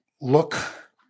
look